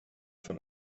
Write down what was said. von